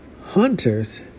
Hunters